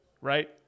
right